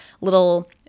little